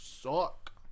suck